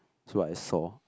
so I saw